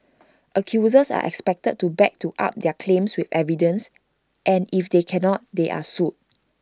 accusers are expected to back to up their claims with evidence and if they cannot they are sued